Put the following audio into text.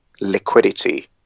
liquidity